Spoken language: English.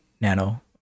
nano